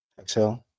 exhale